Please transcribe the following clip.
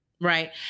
Right